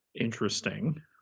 interesting